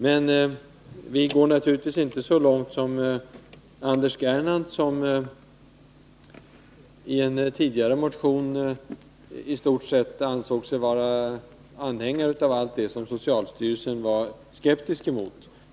Men vi går naturligtvis inte så långt som Anders Gernandt, som i en tidigare motion sade sig vara anhängare av i stort sett allt det som socialstyrelsen var skeptisk mot.